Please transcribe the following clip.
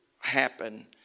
happen